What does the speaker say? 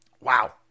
wow